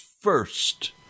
first